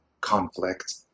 conflict